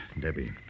Debbie